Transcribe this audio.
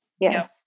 Yes